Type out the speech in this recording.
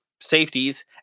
safeties